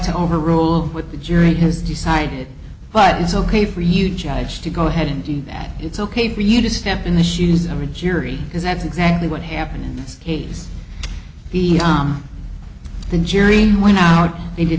to overrule with the jury has decided but it's ok for you to go ahead and do that it's ok for you to step in the shoes of a jury because that's exactly what happened in this case the jury when out they did